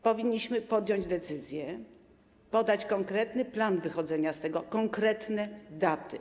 Powinniśmy podjąć decyzje, podać konkretny plan wychodzenia z tego, konkretne daty.